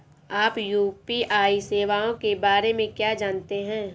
आप यू.पी.आई सेवाओं के बारे में क्या जानते हैं?